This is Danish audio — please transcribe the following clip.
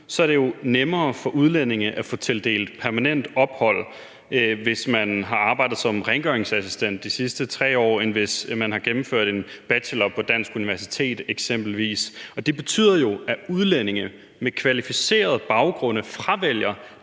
nu, er det nemmere for udlændinge at få tildelt permanent ophold, hvis man har arbejdet som rengøringsassistent de sidste 3 år, end hvis man eksempelvis har gennemført en bacheloruddannelse på et dansk universitet. Det betyder jo, at udlændinge med kvalificerede baggrunde fravælger